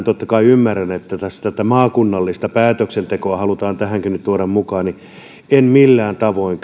totta kai ymmärrän että tässä tätä maakunnallista päätöksentekoa halutaan tähänkin nyt mielellään tuoda mukaan millään tavoin